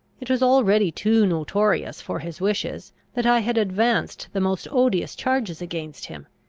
it was already too notorious for his wishes, that i had advanced the most odious charges against him.